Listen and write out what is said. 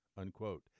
unquote